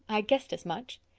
i guessed as much.